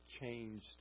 changed